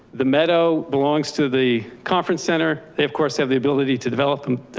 the meadow belongs to the conference center. they of course have the ability to develop them,